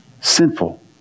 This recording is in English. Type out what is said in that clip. Sinful